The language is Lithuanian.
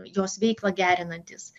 jos veiklą gerinantys